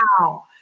Wow